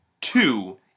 two